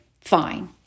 fine